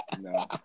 no